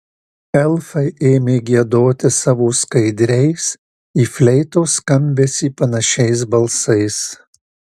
elfai ėmė giedoti savo skaidriais į fleitos skambesį panašiais balsais